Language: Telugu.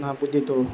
నా బుద్ధితో